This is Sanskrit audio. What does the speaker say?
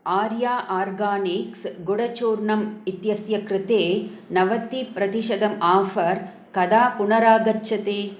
आर्या आर्गानिक्स् गुडचूर्णम् इत्यस्य कृते नवति प्रतिशतं आफ़र् कदा पुनरागच्छति